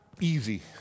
easy